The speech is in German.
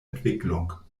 entwicklung